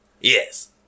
Yes